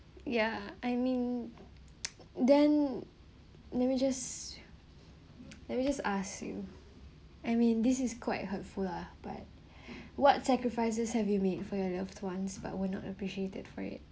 ya I mean then let me just let me just ask you I mean this is quite hurtful lah but what sacrifices this have you made for your loved ones but were not appreciated for it